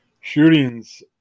shootings